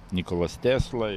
nikolas tesla